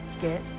get